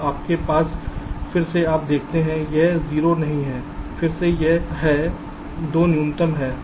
अब आपके पास है फिर से आप देखते हैं यह 0 नहीं है फिर से यह है 2 न्यूनतम है